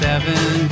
Seven